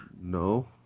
No